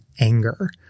anger